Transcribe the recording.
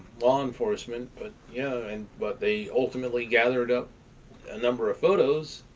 law enforcement. but yeah and but they ultimately gathered up a number of photos.